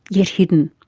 yet hidden.